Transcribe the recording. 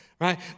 Right